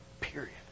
Period